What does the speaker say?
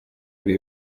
ibi